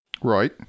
Right